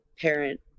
parent